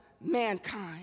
mankind